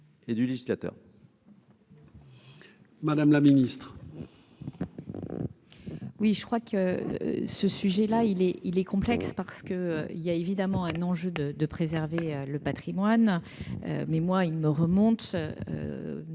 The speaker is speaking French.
Madame la Ministre.